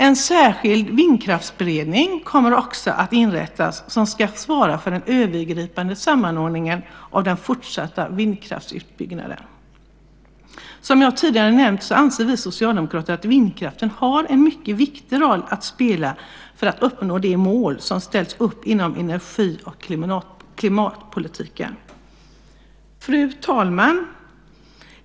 En särskild vindkraftsberedning, som ska svara för den övergripande samordningen av den fortsatta vindkraftsutbyggnaden, kommer också att inrättas. Som jag tidigare nämnt anser vi socialdemokrater att vindkraften har en mycket viktig roll att spela för att uppnå de mål som ställts inom energi och klimatpolitiken. Fru talman!